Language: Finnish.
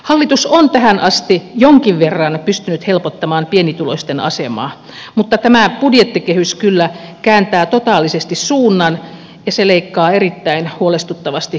hallitus on tähän asti jonkin verran pystynyt helpottamaan pienituloisten asemaa mutta tämä budjettikehys kyllä kääntää totaalisesti suunnan ja se leikkaa erittäin huolestuttavasti sosiaaliturvaa